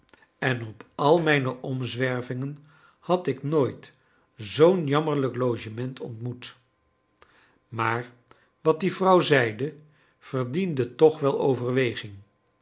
en op al mijne omzwervingen had ik nooit zoo'n jammerlijk logement ontmoet maar wat die vrouw zeide verdiende toch wel overweging